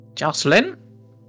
Jocelyn